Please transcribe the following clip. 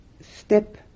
step